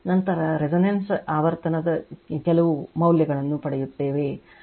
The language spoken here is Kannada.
ನಂತರ resonance ಆವರ್ತನದ ಕೆಲವು ಮೌಲ್ಯವನ್ನು ಪಡೆಯುತ್ತೇವೆ